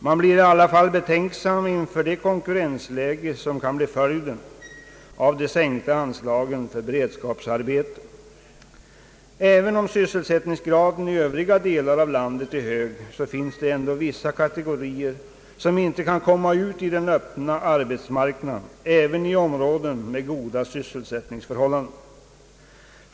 Man blir i alla fall betänksam inför det konkurrensläge som kan bli följden av de sänkta anslagen för beredskapsarbeten. Även om sysselsättningsgraden i övriga delar av landet är hög, finns det vissa kategorier som inte kan komma ut i den öppna arbetsmarknaden, även i områden med goda sysselsättningsförhållanden.